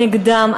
נגדם,